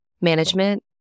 management